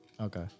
Okay